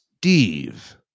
Steve